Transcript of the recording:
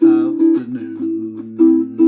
afternoon